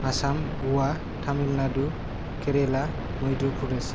आसाम गवा तामिल नाडु केरेला मध्य प्रदेश